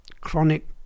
chronic